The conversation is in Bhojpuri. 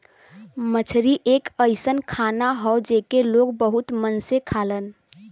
मछरी एक अइसन खाना हौ जेके लोग बहुत मन से खालन